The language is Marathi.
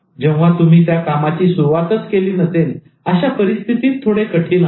जेव्हा तुम्ही त्या कामाची सुरुवातच केली नसेल अशा परिस्थितीत थोडेसे कठीण आहे